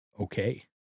okay